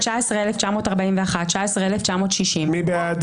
19,941 עד 19,960. מי בעד?